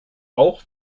auch